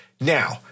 Now